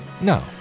No